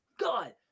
god